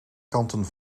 kanten